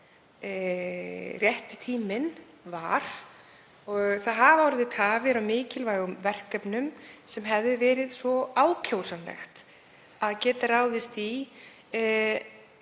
rétti tíminn var og það hafa orðið tafir á mikilvægum verkefnum sem hefði verið svo ákjósanlegt að ráðast í